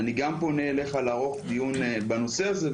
גם אני פונה אליך לערוך דיון בנושא הזה.